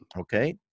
okay